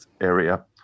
area